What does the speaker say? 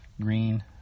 Green